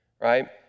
right